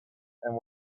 and